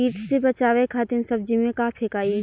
कीट से बचावे खातिन सब्जी में का फेकाई?